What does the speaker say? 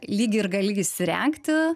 lyg ir gali įsirengti